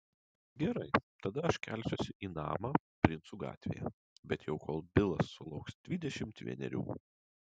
gerai tada aš kelsiuosi į namą princų gatvėje bent jau kol bilas sulauks dvidešimt vienerių